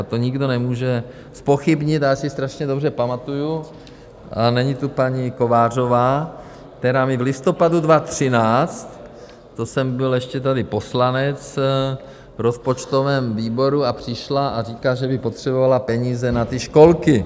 To nikdo nemůže zpochybnit a já si strašně dobře pamatuji a není tu paní Kovářová, která mi v listopadu 2013, to jsem byl ještě tady poslanec v rozpočtovém výboru, přišla a říká, že by potřebovala peníze na školky.